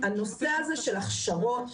הנושא של הכשרות והדרכות,